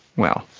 well,